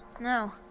no